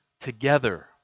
together